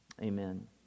Amen